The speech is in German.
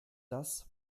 das